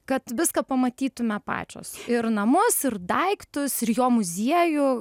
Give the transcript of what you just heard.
kad viską pamatytume pačios ir namus ir daiktus ir jo muziejų